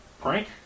prank